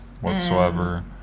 whatsoever